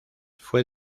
fue